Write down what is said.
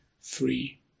three